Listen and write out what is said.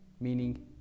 meaning